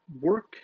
Work